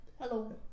hello